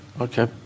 okay